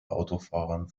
autofahrern